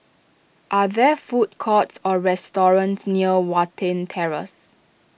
are there food courts or restaurants near Watten Terrace